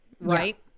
Right